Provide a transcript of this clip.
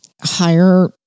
higher